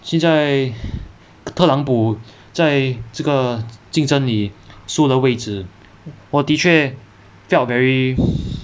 现在特朗普在这个竞争里输了位子我的确 felt very